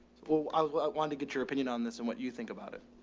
well i well i wanted to get your opinion on this and what you think about it.